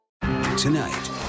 Tonight